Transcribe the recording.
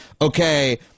okay